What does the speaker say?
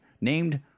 named